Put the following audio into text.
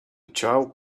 child